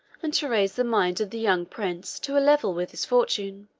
and to raise the mind of the young prince to a level with his fortune.